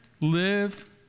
live